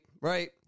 right